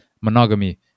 monogamy